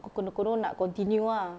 aku konon-konon nak continue ah